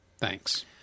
Thanks